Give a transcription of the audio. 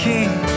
King